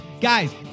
guys